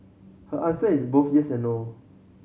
her answer is both yes and no